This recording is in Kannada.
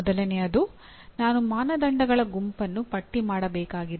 ಮೊದಲನೆಯದು ನಾನು ಮಾನದಂಡಗಳ ಗುಂಪನ್ನು ಪಟ್ಟಿ ಮಾಡಬೇಕಾಗಿದೆ